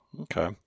Okay